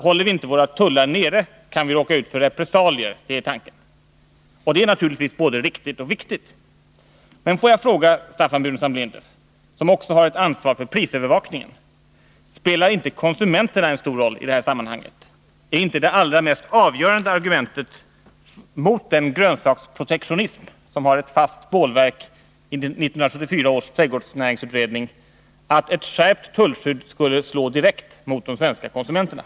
Håller vi inte våra tullar nere, kan vi råka ut för repressalier — det är tanken. Det är naturligtvis både riktigt och viktigt. Men får jag fråga Staffan Burenstam Linder, som också har ett ansvar för prisövervakningen: Spelar inte konsumenterna en stor roll i detta sammanhang? Är inte det allra mest avgörande argumentet mot den grönsaksprotektionism som har ett fast bålverk i 1974 års trädgårdsnäringsutredning att ett skärpt tullskydd direkt skulle slå mot de svenska konsumenterna?